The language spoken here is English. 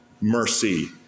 mercy